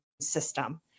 system